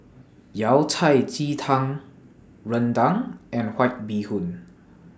Yao Cai Ji Tang Rendang and White Bee Hoon